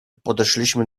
podeszliśmy